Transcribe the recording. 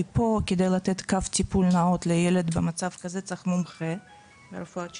כי פה כדי לתת קו טיפול נאות לילד במצב כזה צריך מומחה ברפואת שיניים,